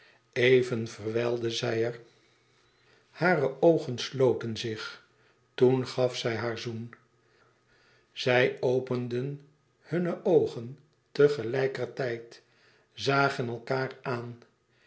even verwijlde zij er hare oogen sloten zich toen gaf zij haar zoen zij openden hunne oogen te gelijkertijd zagen elkaâr aan